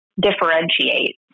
differentiate